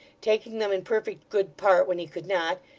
taking them in perfect good part when he could not,